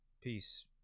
Peace